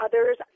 others